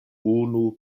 unu